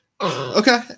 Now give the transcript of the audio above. Okay